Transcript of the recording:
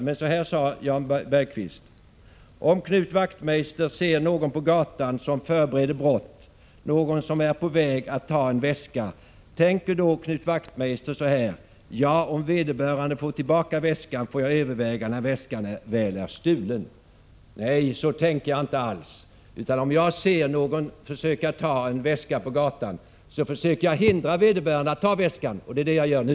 Jan Bergqvist sade i fredags: ”Om Knut Wachtmeister ser någon på gatan som förbereder brott, någon som är på väg att ta en väska, tänker då Knut Wachtmeister så här — jo, om vederbörande bör få tillbaka väskan får jag överväga när väskan väl är stulen?” Nej, så tänker jag inte alls! Om jag ser någon försöka ta en väska på gatan försöker jag hindra vederbörande att ta väskan. Och det är det jag gör nu.